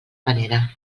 panera